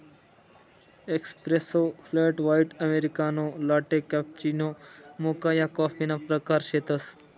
espresso, flat white, americano, latte, cappuccino, mocha या कॉफीना प्रकार शेतसं